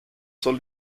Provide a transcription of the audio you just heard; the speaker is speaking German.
soll